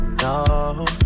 no